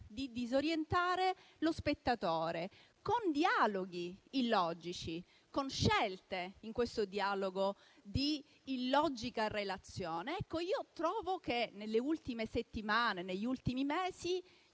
di disorientare lo spettatore con dialoghi illogici e con scelte di illogica relazione. Ecco, trovo che nelle ultime settimane e negli ultimi mesi